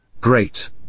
Great